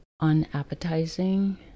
unappetizing